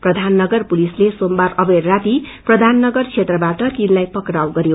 प्रधाननगर पुलिसले सोमबार अवेर राती प्रधाननगर क्षेत्रबाट तिनसाई पक्काउ गर्यो